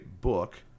book